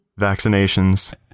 vaccinations